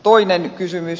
toinen kysymys